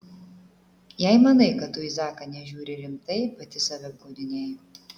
jei manai kad tu į zaką nežiūri rimtai pati save apgaudinėji